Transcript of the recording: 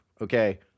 okay